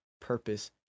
purpose